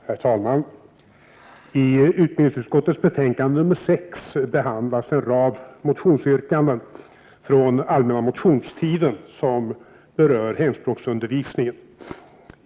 Herr talman! I utbildningsutskottets betänkande nr 6 behandlas en rad motioner från den allmänna motionstiden, vilka berör hemspråksundervisningen.